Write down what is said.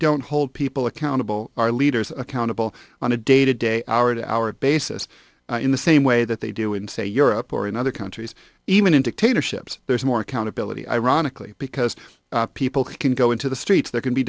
don't hold peep well accountable our leaders accountable on a day to day hour to hour basis in the same way that they do in say europe or in other countries even entertainer ships there's more accountability ironically because people can go into the streets there can be